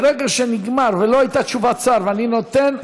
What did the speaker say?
ברגע שנגמר ולא הייתה תשובת שר ואני נותן,